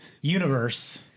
universe